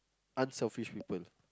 unselfish people